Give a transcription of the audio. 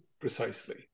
Precisely